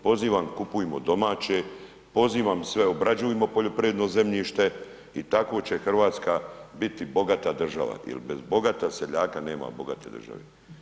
Pozivam kupujmo domaće, pozivam sve obrađujmo poljoprivredno zemljište i tako će Hrvatska biti bogata država jer bez bogata seljaka nema bogate države.